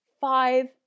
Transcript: five